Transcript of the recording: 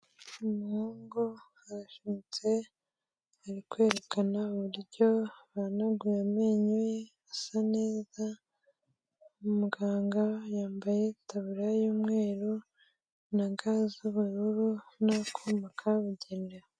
Umuhungu yashinyitse ari kwerekana uburyo yahanaguye amenyoye asa neza, umuganga yambaye taburiya y'umweru na ga z'ubururu, n'akuma kabugenewe.